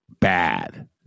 bad